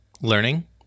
learning